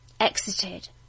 exited